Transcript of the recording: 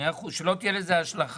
מאה אחוז, שלא תהיה לזה השלכה,